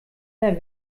der